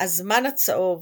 "הזמן הצהוב",